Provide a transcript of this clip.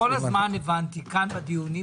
כל הזמן הבנתי כאן בדיונים